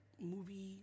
movie